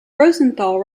rosenthal